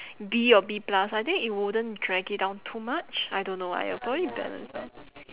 B or B plus I think it wouldn't drag it down too much I don't know uh it'll probably balance out